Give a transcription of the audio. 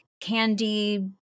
candy